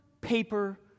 paper